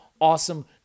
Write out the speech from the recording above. awesome